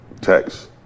Text